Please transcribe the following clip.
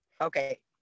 okay